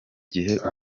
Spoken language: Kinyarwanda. gihe